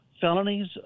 Felonies